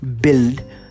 build